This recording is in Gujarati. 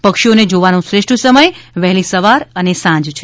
પક્ષીઓને જોવાનો શ્રેષ્ઠ સમય વહેલી સવાર અને સાંજે છે